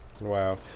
Wow